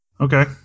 Okay